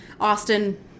Austin